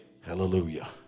Hallelujah